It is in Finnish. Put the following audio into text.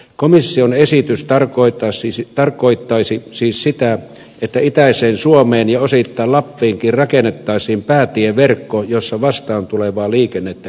komission esitys tarkoittaisi siis sitä että itäiseen suomeen ja osittain lappiinkin rakennettaisiin päätieverkko jossa vastaantulevaa liikennettä ei olisi